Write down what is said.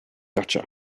gotcha